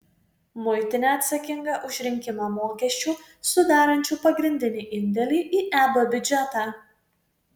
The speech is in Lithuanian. muitinė atsakinga už rinkimą mokesčių sudarančių pagrindinį indėlį į eb biudžetą